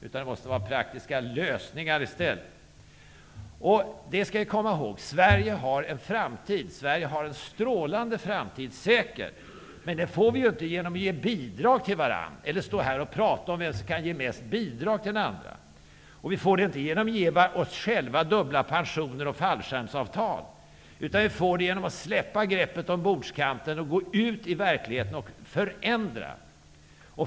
Vi måste i stället ha praktiska lösningar. Vi skall komma ihåg att Sverige säkert har en strålande framtid, men det kan vi ju inte få om vi ger bidrag till varandra eller om vi står här och pratar om vem som kan ge mest bidrag till den andra. Vi får inte heller någon strålande framtid genom att vi ger oss själva dubbla pensioner och fallskärmsavtal, det får vi genom att släppa greppet om bordskanten och gå ut i verkligheten och förändra.